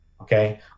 okay